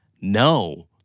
No